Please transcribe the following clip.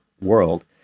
world